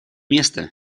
место